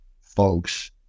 folks